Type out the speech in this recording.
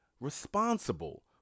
responsible